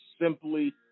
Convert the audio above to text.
simply